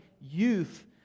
youth